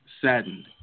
saddened